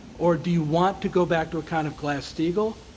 or do you want to go back to a kind of glass-steagall,